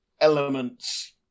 elements